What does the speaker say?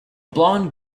blond